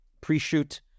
pre-shoot